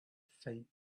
faint